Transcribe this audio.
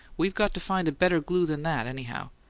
we've got to find a better glue than that, anyhow.